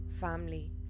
family